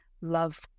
love